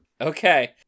Okay